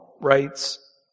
writes